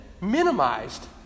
minimized